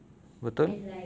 betul